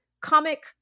comic